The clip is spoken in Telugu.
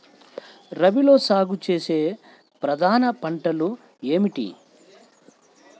రబీలో సాగు చేసే ప్రధాన పంటలు ఏమిటి?